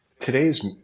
today's